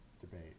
debate